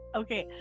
okay